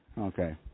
Okay